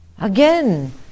again